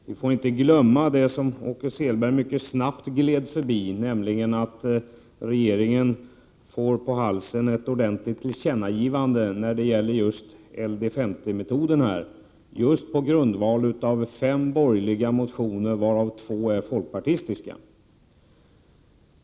Vi får inte glömma det Åke Selberg mycket snabbt gled förbi, nämligen att regeringen får ett ordentligt tillkännagivande på halsen beträffande LDS50-metoden, på grundval av fem borgerliga motioner varav två är folkpartistiska.